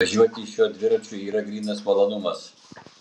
važiuoti su šiuo dviračiu yra grynas malonumas